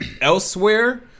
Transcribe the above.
elsewhere